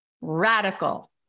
radical